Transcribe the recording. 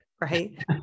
right